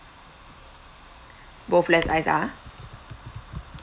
both less ice ah